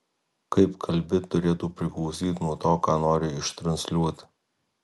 kaip kalbi turėtų priklausyt nuo to ką nori ištransliuoti